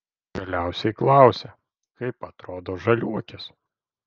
galiausiai klausia kaip atrodo žaliuokės